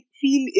feel